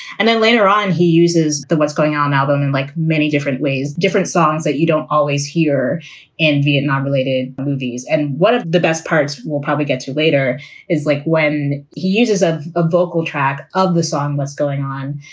and then later on, he uses what's going on now, though, and like many different ways, different songs that you don't always hear in vietnam, related movies. and one of the best parts we'll probably get to later is like when he uses a ah vocal track of the song, what's going on?